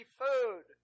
food